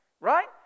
Right